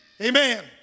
Amen